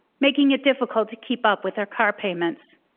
making it difficult to keep up with her car payments.